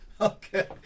Okay